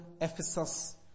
Ephesus